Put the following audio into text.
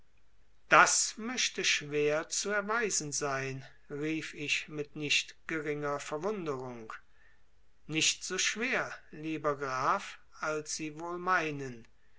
das möchte schwer zu erweisen sein rief ich mit nicht geringer verwunderung nicht so schwer lieber graf als sie wohl meinen